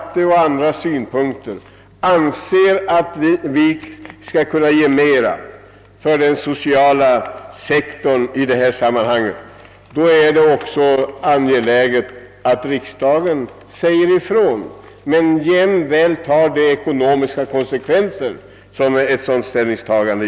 Om riksdagen då anser att vi skall ge mer för den sociala sektorn i detta sammanhang, är det angeläget att riksdagen också tar de ekonomiska konsekvenserna av sådana beslut.